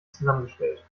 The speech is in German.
zusammengestellt